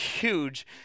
huge